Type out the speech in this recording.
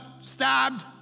stabbed